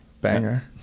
Banger